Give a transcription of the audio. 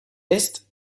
est